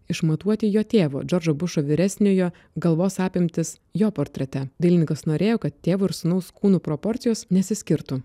išmatuoti jo tėvo džordžo bušo vyresniojo galvos apimtis jo portrete dailininkas norėjo kad tėvo ir sūnaus kūnų proporcijos nesiskirtų